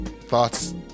thoughts